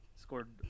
Scored